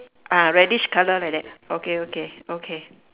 ah reddish colour like that okay okay okay